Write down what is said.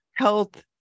health